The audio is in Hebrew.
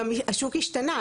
גם השוק השתנה,